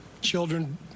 children